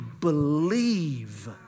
believe